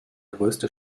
größte